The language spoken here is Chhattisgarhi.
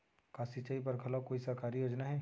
का सिंचाई बर घलो कोई सरकारी योजना हे?